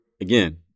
again